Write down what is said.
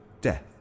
death